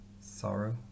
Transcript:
Sorrow